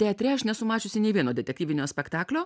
teatre aš nesu mačiusi nei vieno detektyvinio spektaklio